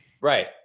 Right